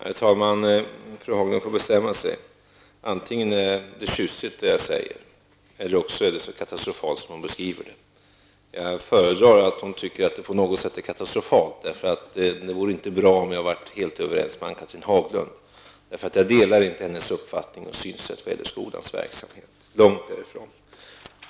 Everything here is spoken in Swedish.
Herr talman! Fru Haglund får bestämma sig. Antingen är det jag säger tjusigt, eller också är det så katastrofalt som hon beskriver det. Jag föredrar att hon tycker att det på något sätt är katastrofalt, eftersom det inte vore bra om jag var helt överens med Ann-Cathrine Haglund. Jag delar nämligen inte hennes uppfattning och synsätt när det gäller skolans verksamhet, långt därifrån.